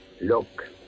Look